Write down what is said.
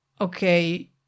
okay